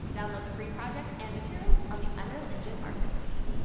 download the free project and materials on the unreal engine marketplace.